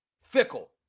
Fickle